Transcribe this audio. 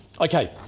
Okay